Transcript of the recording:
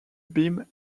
beam